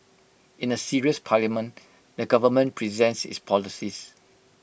in A serious parliament the government presents its policies